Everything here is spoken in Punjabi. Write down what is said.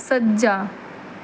ਸੱਜਾ